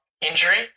injury